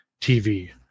TV